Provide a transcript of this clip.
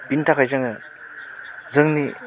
बिनि थाखाय जोङो जोंनि